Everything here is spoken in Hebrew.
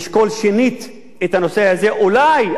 אולי הממשלה עצמה תביא את החוק הזה